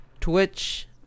twitch